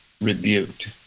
rebuked